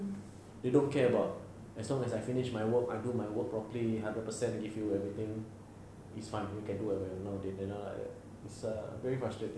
they don't care about as long as I finished my work I do my work properly hundred percent give you everything is fine no they they are not like that it's err very frustrating